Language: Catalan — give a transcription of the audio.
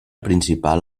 principal